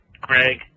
Greg